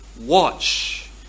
watch